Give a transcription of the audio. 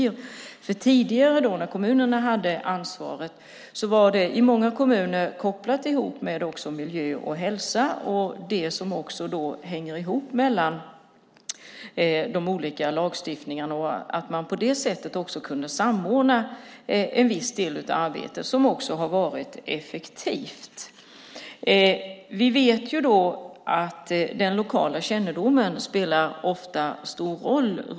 När kommunerna tidigare hade ansvaret för djurskyddet var det i många kommuner kopplat till miljö och hälsa och till det som hänger ihop med de olika lagstiftningarna. På det sättet kunde man samordna en viss del av arbetet, vilket var effektivt. Vi vet att den lokala kännedomen ofta spelar stor roll.